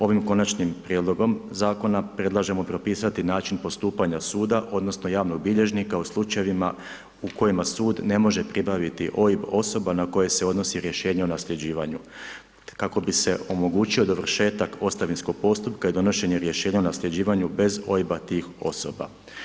Ovim konačnim prijedlogom zakona predlažemo propisati način postupanja suda odnosno javnog bilježnika u slučajevima u kojima sud ne može pribaviti OIB osoba na koje se odnosi rješenje o nasljeđivanju kako bi se omogućio dovršetak ostavinskog postupka i donošenje rješenja o nasljeđivanju bez OIB-a tih osoba.